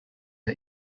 der